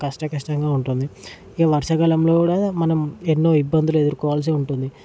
కష్ట కష్టంగా ఉంటుంది ఇక వర్షాకాలంలో కూడ మనం ఎన్నో ఇబ్బందులు ఎదురుకోవాల్సి ఉంటుంది